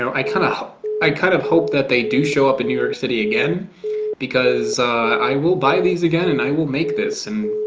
i kind of help i kind of hope that they do show up in new york city again because i will buy these again and i will make this and